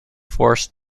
forced